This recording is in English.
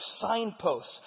signposts